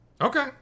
Okay